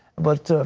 but